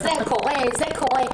שזה קורה וזה קורה.